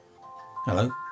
Hello